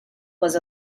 was